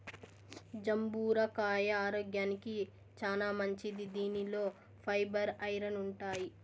జంబూర కాయ ఆరోగ్యానికి చానా మంచిది దీనిలో ఫైబర్, ఐరన్ ఉంటాయి